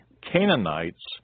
Canaanites